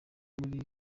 muri